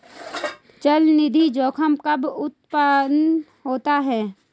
चलनिधि जोखिम कब उत्पन्न होता है?